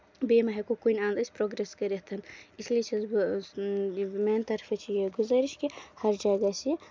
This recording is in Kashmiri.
بیٚیہِ مہ ہکو کُنہِ اَندٕ أسۍ پروگریس کٔرِتھن اس لیے چھَس بہٕ یہِ میانہِ طرفہٕ چھُ یہِ گُزٲرِش کہِ ہر جایہِ گژھِ